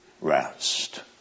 rest